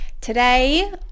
Today